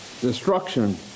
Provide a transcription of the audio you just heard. destruction